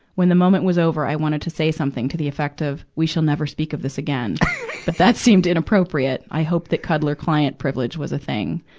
when the moment was over, i wanted to say something to the effect of, we shall never speak of this again but that seems inappropriate. i hoped that cuddler client privilege was a thing.